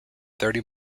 thirty